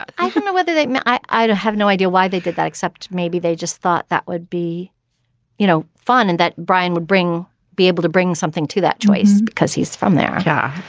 i don't know whether they i have no idea why they did that except maybe they just thought that would be you know fun and that brian would bring be able to bring something to that choice because he's from there yeah.